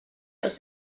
aus